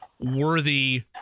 worthy